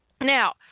Now